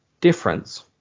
difference